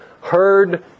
heard